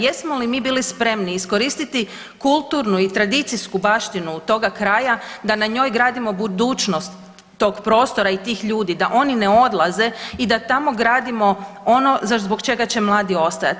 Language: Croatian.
Jesmo li mi bili spremni iskoristiti kulturnu i tradicijsku baštinu toga kraja da na njoj gradimo budućnost tog prostora i tih ljudi, da oni ne odlaze i da tamo gradimo ono zbog čega će mladi ostajati.